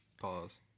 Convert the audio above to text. Pause